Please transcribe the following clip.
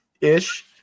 ish